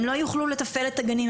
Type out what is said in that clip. הם לא יוכלו לתפעל את הגנים,